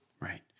Right